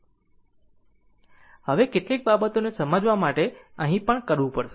હવે કેટલીક બાબતોને સમજવા માટે અહીં પણ કરવું પડશે